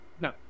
no